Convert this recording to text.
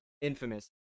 Infamous